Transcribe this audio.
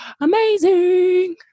amazing